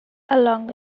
along